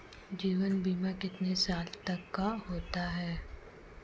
जीवन बीमा कितने साल तक का होता है?